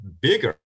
bigger